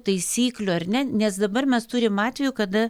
taisyklių ar ne nes dabar mes turim atvejų kada